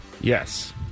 Yes